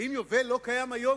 ואם יובל לא קיים היום,